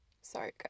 Sorry